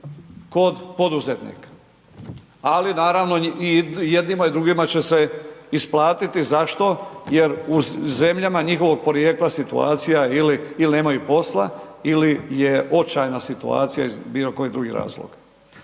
kod poduzetnika, ali naravno jednima i drugima će se isplatiti. Zašto? Jer u zemljama njihovog porijekla situacija je, ili nemaju posla ili je očajna situacija iz bilo kojih drugih razloga.